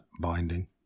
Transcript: binding